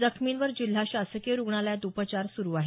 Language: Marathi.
जखमींवर जिल्हा शासकीय रुग्णालयात उपचार सुरु आहेत